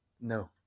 no